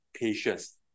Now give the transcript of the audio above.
patience